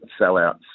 sellouts